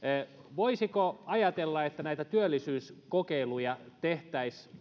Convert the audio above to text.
voisiko ajatella että näitä työllisyyskokeiluja tehtäisiin